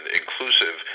inclusive